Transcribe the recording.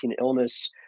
illness